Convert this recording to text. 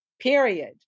period